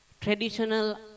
traditional